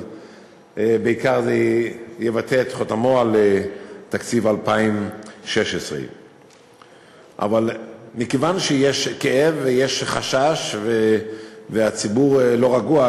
אבל זה בעיקר יטביע את חותמו על תקציב 2016. אבל מכיוון שיש כאב ויש חשש והציבור לא רגוע,